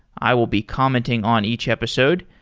i will be commenting on each episode,